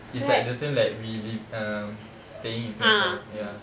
it's like the same like we live um staying in singapore ya